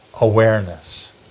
awareness